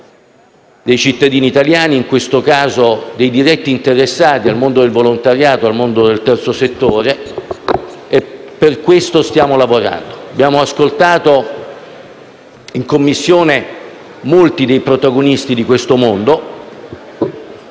dei cittadini italiani, in questo caso dei diretti interessati al mondo del volontariato, al mondo del terzo settore, e per questo stiamo lavorando. Abbiamo ascoltato in Commissione molti dei protagonisti di siffatto mondo: